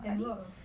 and lot of